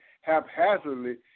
haphazardly